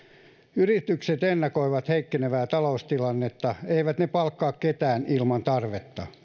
yritykset ennakoivat heikkenevää taloustilannetta eivät ne palkkaa ketään ilman tarvetta